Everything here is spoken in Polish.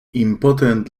impotent